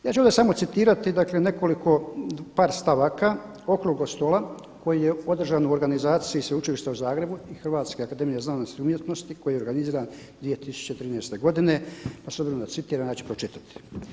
Ja ću ovdje samo citirati nekoliko par stavaka okruglog stola koji je održan u organizaciji Sveučilišta u Zagrebu i HAZU koji je organiziran 2013. godine, a s obzirom da citiram ja ću pročitati.